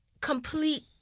complete